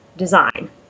design